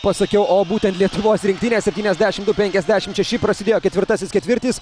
pasakiau o būtent lietuvos rinktinė septyniasdešimt du penkiasdešimt šeši prasidėjo ketvirtasis ketvirtis